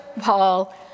Paul